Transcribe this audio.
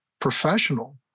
professional